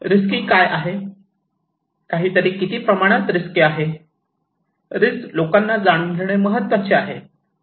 risky काय आहे काहीतरी किती प्रमाणात रिस्की आहे रिस्क लोकांना जाणून घेणे महत्वाचे आहे